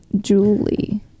Julie